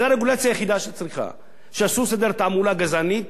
זו הרגולציה היחידה שצריכה להיות: שאסור לשדר תעמולה גזענית,